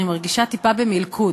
שאני מרגישה טיפה במלכוד,